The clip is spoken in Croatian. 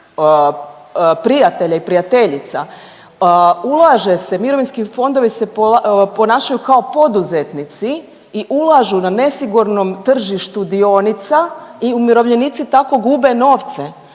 prijatelja i prijateljica, ulaže se, mirovinski fondovi se ponašaju kao poduzetnici i ulažu na nesigurnom tržištu dionica i umirovljenici tako gube novce.